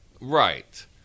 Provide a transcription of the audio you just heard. Right